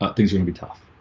but things gonna be tough